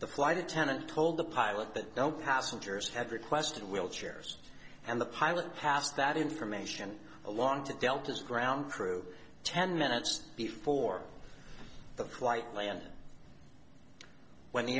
the flight attendant told the pilot that no passengers had requested wheelchairs and the pilot passed that information along to delta's ground crew ten minutes before the flight landed when the